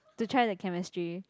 to try the chemistry